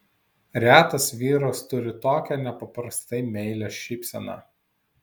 retas vyras turi tokią nepaprastai meilią šypseną